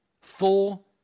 Full